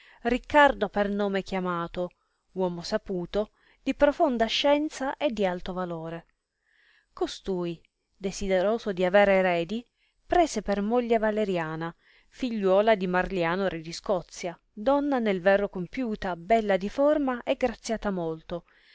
riccardo per nome chiamato uomo saputo di profonda scienza e di alto valore costui desideroso di dio di aver eredi prese per moglie valeriana figliuola di marliano re di scozia donna nel vero compiuta bella di forma e graziata molto